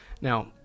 now